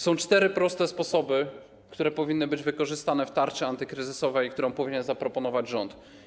Są cztery proste sposoby, które powinny być wykorzystane w tarczy antykryzysowej, którą powinien zaproponować rząd.